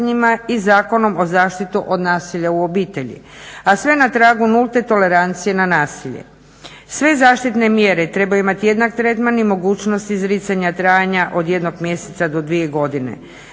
i Zakonom o zaštiti od nasilja u obitelji, a sve na tragu nulte tolerancije na nasilje. Sve zaštitne mjere trebaju imati jednak tretman i mogućnost izricanja trajanja od jednog mjeseca do dvije godine.